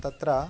तत्र